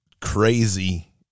crazy